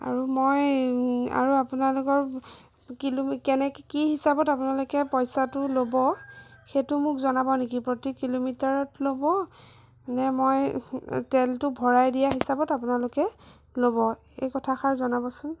আৰু মই আৰু আপোনালোকক কিলো কেনেকে কি হিচাপত আপোনালোকে পইচাটো ল'ব সেইটো মোক জনাব নেকি প্ৰতি কিলোমিটাৰত ল'ব নে মই তেলটো ভৰাই দিয়া হিচাপত আপোনালোকে ল'ব এই কথাষাৰ জনাবচোন